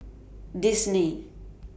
Disney